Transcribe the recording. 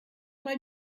mal